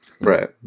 right